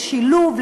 לשילוב,